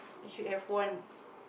I should have one